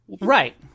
Right